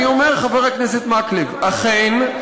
חבר הכנסת מקלב: אכן,